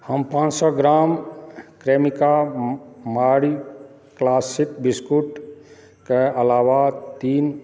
हम पांँच सए ग्राम क्रेमिका मारी क्लासिक बिस्कुटके अलावा तीन